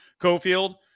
Cofield